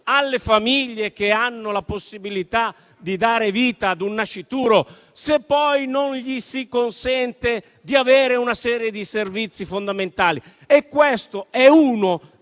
alle famiglie che hanno la possibilità di dare vita ad un nascituro, se poi non si consente loro di avere una serie di servizi fondamentali. E questo è uno